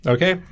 Okay